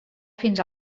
fins